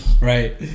Right